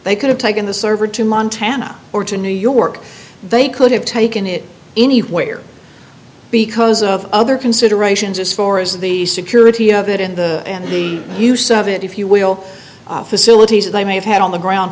they could have taken the server to montana or to new york they could have taken it anywhere because of other considerations as far as the security of it in the in the use of it if you will facilities they may have had on the ground